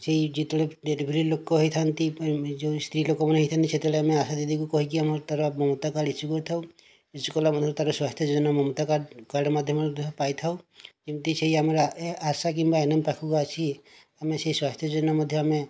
ସେହି ଯେତେବେଳେ ଡେଲିଭରି ଲୋକ ହୋଇଥାଆନ୍ତି ଯେଉଁ ସ୍ତ୍ରୀ ଲୋକମାନେ ହୋଇଥାଆନ୍ତି ସେତେବେଳେ ଆମେ ଆଶାଦିଦିଙ୍କୁ କହିକି ଆମର ତା'ର ମମତା କାର୍ଡ଼ ଇସ୍ୟୁ କରିଥାଉ ଇସ୍ୟୁ କଲା ମଧ୍ୟ ତା'ର ସ୍ୱାସ୍ଥ୍ୟଯୋଜନା ମମତା କାର୍ଡ଼ ମାଧ୍ୟମରେ ପାଇଥାଉ ଯେମିତି ସେହି ଆମର ଆଶା କିମ୍ବା ଏଏନଏମ ପାଖକୁ ଆସି ଆମେ ସେହି ସ୍ୱାସ୍ଥ୍ୟଯୋଜନା ମଧ୍ୟ